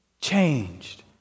Changed